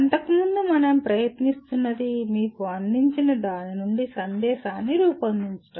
అంతకుముందు మనం ప్రయత్నిస్తున్నది మీకు అందించిన దాని నుండి సందేశాన్ని రూపొందించడం